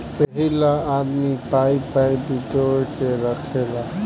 एहिला आदमी पाइ पाइ बिटोर के रखेला